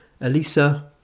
Elisa